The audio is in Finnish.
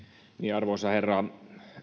arvoisa herra